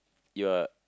you are